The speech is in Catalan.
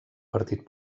partit